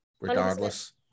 regardless